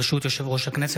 ברשות יושב-ראש הכנסת,